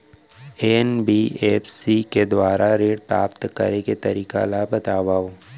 NBFC के दुवारा ऋण प्राप्त करे के तरीका ल बतावव?